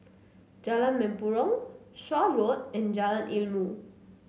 Jalan Mempurong Shaw Road and Jalan Ilmu